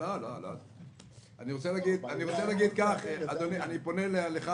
אני פונה לך,